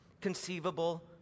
conceivable